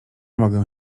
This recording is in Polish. mogę